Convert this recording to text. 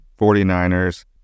49ers